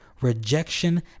rejection